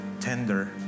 tender